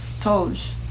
toes